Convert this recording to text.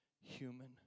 human